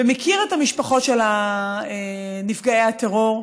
ומכיר את המשפחות של נפגעי הטרור,